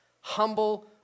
humble